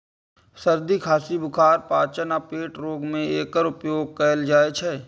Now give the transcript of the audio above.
सर्दी, खांसी, बुखार, पाचन आ पेट रोग मे एकर उपयोग कैल जाइ छै